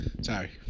Sorry